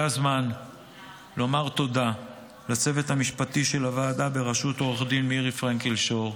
זה הזמן לומר תודה לצוות המשפטי של הוועדה בראשות עו"ד מירי פרנקל שור,